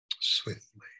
swiftly